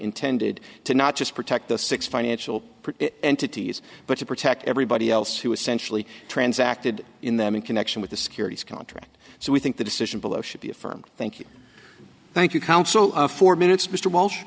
intended to not just protect the six financial entities but to protect everybody else who essentially transacted in them in connection with the securities contract so we think the decision below should be affirmed thank you thank you counsel four minutes mr walsh